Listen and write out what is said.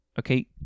okay